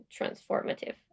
transformative